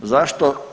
Zašto?